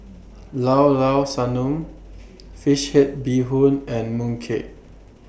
Llao Llao Sanum Fish Head Bee Hoon and Mooncake